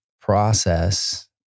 process